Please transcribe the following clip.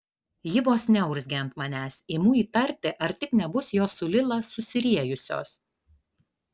ji vos neurzgia ant manęs imu įtarti ar tik nebus jos su lila susiriejusios